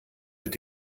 mit